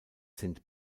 sind